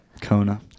Kona